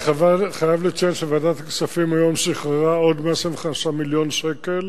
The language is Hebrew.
אני חייב לציין שוועדת הכספים שחררה היום עוד 125 מיליון שקל